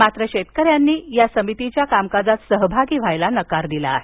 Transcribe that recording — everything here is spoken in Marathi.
मात्र शेतकऱ्यांनी या समितीच्या कामकाजात सहभागी होण्यास नकार दिला आहे